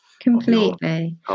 Completely